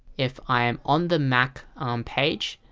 if i'm on the mac um page,